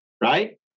right